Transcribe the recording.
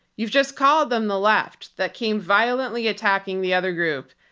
you've just called them the left, that came violently attacking the other group.